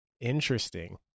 Interesting